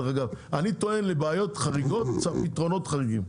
אני טוען שלבעיות חריגות צריך פתרונות חריגים.